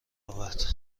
آورد